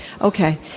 Okay